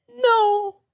No